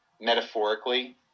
metaphorically